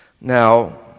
Now